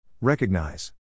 Recognize